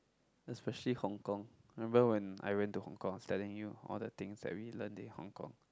especially hong-kong remember when I went to hong-kong telling you all the things that we learn in hong-kong